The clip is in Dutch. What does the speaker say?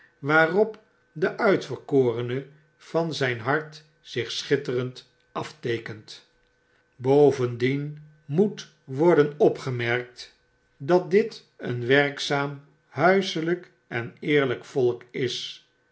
waarop de uitverkorene van zijn hart zich schitterend afteekent bovendien moet worden opgemerkt dat dit een werkzaam huiselijk en eerlyk volk is